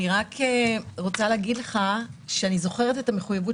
אני רוצה להגיד לך שאני זוכרת את המחויבות